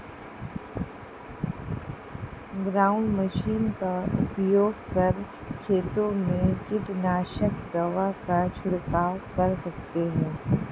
ground machine का उपयोग कर खेतों में कीटनाशक दवा का झिड़काव कर सकते है